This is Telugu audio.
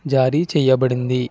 జారీ చెయ్యబడింది